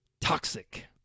toxic